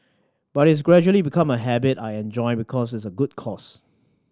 but it's gradually become a habit I enjoy because it's a good cause